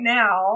now